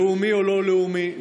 לאומי או לא לאומי,